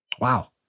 Wow